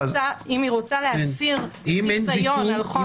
אם היא רוצה להסיר חיסיון על חומר טיפולי --- אם